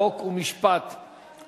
חוק ומשפט נתקבלה.